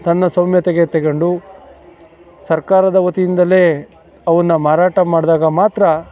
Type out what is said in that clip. ತನ್ನ ಸೌಮ್ಯತೆಗೆ ತಗೊಂಡು ಸರ್ಕಾರದ ವತಿಯಿಂದಲೇ ಅವನ್ನು ಮಾರಾಟ ಮಾಡಿದಾಗ ಮಾತ್ರ